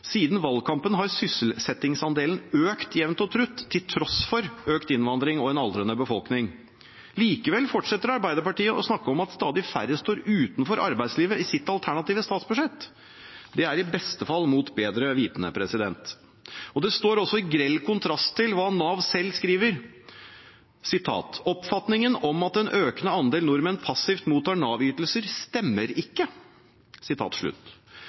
Siden valgkampen har sysselsettingsandelen økt jevnt og trutt, til tross for økt innvandring og en aldrende befolkning. Likevel fortsetter Arbeiderpartiet i sitt alternative statsbudsjett å snakke om at stadig flere står utenfor arbeidslivet. Det er i beste fall mot bedre vitende. Det står også i grell kontrast til hva Nav selv skriver: «Oppfatningen om at en økende andel nordmenn passivt mottar Nav-ytelser, stemmer ikke.»